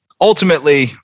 Ultimately